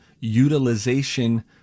utilization